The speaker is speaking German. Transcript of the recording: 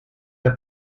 der